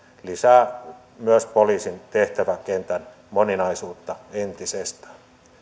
lisäävät myös poliisin tehtäväkentän moninaisuutta entisestään